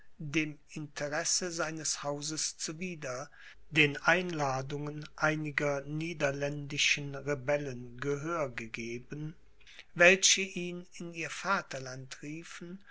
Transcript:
dem interesse seines hauses zuwider den einladungen einiger niederländischen rebellen gehör gegeben welche ihn in ihr vaterland riefen